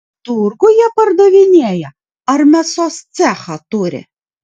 turguje pardavinėja ar mėsos cechą turi